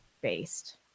based